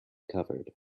covered